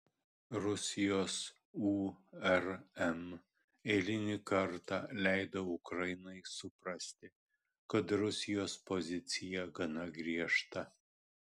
rusijos urm eilinį kartą leido ukrainai suprasti kad rusijos pozicija gana griežta